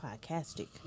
Podcastic